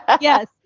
Yes